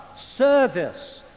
service